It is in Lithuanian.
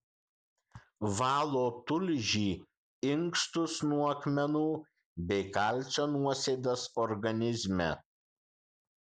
valo tulžį inkstus nuo akmenų bei kalcio nuosėdas organizme